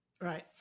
Right